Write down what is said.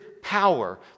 Power